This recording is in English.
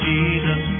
Jesus